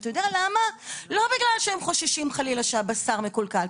לא בגלל שהם חוששים שהבשר מקולקל,